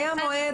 היה מועד,